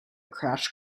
crash